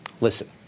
Listen